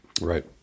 right